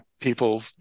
people